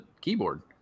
keyboard